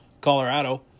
Colorado